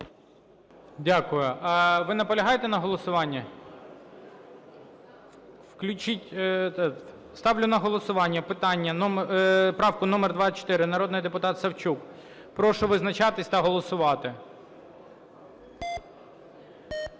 Дякую. Ви наполягаєте на голосуванні? Включіть… Ставлю на голосування питання, правку номер 24, народний депутат Савчук. Прошу визначатися та голосувати.